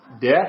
death